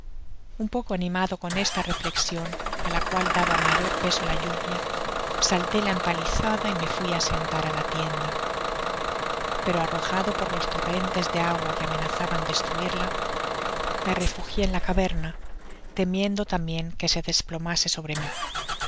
un poco animado con esta reflexion á la cual daba mayor peso la lluvia salté la empalizada y me fui á sentar á la tienda pero arrojado por los torrentes de agua que amenazaban destruirla me refugié en la caverna temiendo tambien que se desplomase sobre mi